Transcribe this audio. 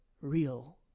real